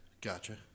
Gotcha